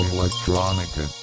Electronica